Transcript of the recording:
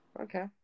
okay